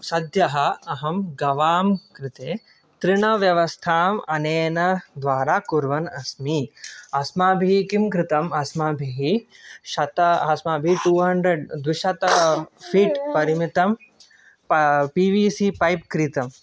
सद्यः अहं गवां कृते तृणव्यवस्थाम् अनेन द्वारा कुर्वन् अस्मि अस्माभिः किं कृतम् अस्माभिः शतम् अस्माभिः टू हण्ड्रेड् द्विशतं फ़ीट्परिमितं पि वि सि पैप् क्रीतं